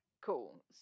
Cool